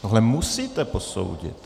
Tohle musíte posoudit.